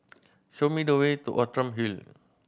show me the way to Outram Hill